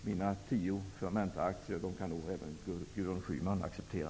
Mina tio Fermenta-aktier kan nog även Gudrun Schyman acceptera.